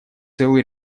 целый